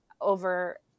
over